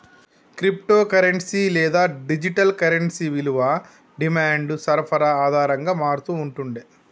crypto currency లేదా digital currency విలువ demand, సరఫరా ఆధారంగా మారతూ ఉంటుండే